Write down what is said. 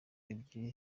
ebyiri